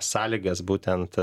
sąlygas būtent